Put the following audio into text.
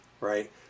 right